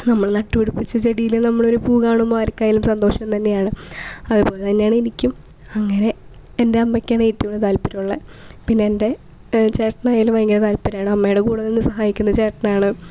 നമ്മള് നട്ട് വളർത്തിയ ചെടിയിൽ നമ്മളൊരു പൂ കാണുമ്പോൾ ആർക്കാണെങ്കിലും സന്തോഷം തന്നെയാണ് അതുപോലെതന്നെയാണ് എനിക്കും അങ്ങനെ എൻ്റെ അമ്മയ്ക്കാണ് എറ്റോതികം താല്പരൊള്ളേ പിന്നെ എൻ്റെ ചേട്ടനായാലും ഭയങ്കര താല്പര്യമാണ് അമ്മേടെ കൂടെ നിന്ന് സഹായിക്കുന്നത് ചേട്ടനാണ്